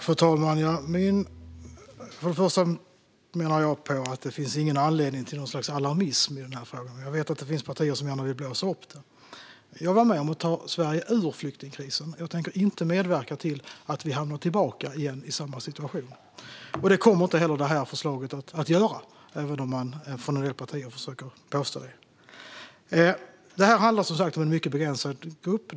Fru talman! För det första menar jag att det inte finns anledning till något slags alarmism i den här frågan. Jag vet att det finns partier som gärna vill blåsa upp den. Jag var med om att ta Sverige ur flyktingkrisen, och jag tänker inte medverka till att vi hamnar i samma situation igen. Det kommer det här förslaget inte heller att innebära, även om man från en del partier försöker påstå det. Detta handlar som sagt om en mycket begränsad grupp.